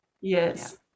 Yes